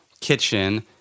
kitchen